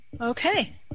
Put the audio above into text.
Okay